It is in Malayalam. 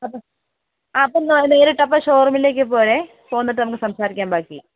അപ്പം അപ്പം നേരിട്ട് അപ്പം ഷോറൂമിലേക്ക് പോരെ പോന്നിട്ട് നമുക്ക് സംസാരിക്കാം ബാക്കി